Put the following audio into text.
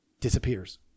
disappears